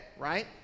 right